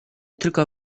tylko